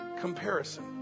Comparison